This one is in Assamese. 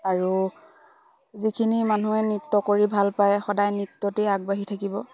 আৰু যিখিনি মানুহে নৃত্য কৰি ভাল পায় সদায় নৃত্যতেই আগবাঢ়ি থাকিব